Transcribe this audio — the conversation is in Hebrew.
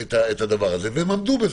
את הדבר הזה, והם עמדו בזה.